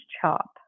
chop